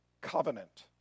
Covenant